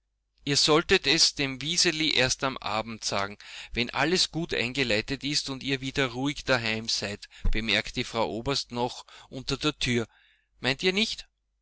ihr solltet es dem wiseli erst am abend sagen wenn alles gut eingeleitet ist und ihr wieder ruhig daheim seid bemerkte die frau oberst noch unter der tür meint ihr nicht